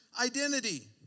identity